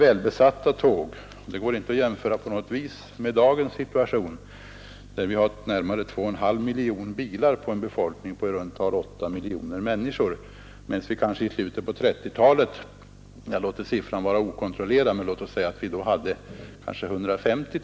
Och det går inte att jämföra den tidens förhållanden med dagens situation; nu har vi närmare 2,5 miljoner bilar på en befolkning av i runt tal 8 miljoner, medan vi i slutet av 1930-talet kanske hade 150 000 bilar — jag låter siffran vara okontrollerad, men låt oss anta att den är någorlunda riktig.